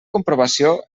comprovació